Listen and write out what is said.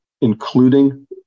including